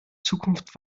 zukunft